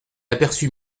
aperçut